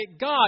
God